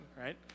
right